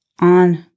on